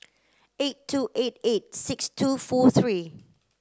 eight two eight eight six two four three